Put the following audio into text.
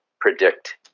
predict